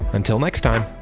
until next time.